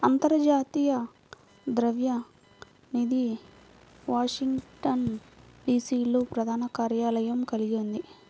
అంతర్జాతీయ ద్రవ్య నిధి వాషింగ్టన్, డి.సి.లో ప్రధాన కార్యాలయం కలిగి ఉంది